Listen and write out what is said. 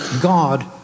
God